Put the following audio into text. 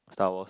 Star Wars